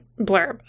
blurb